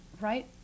right